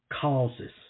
causes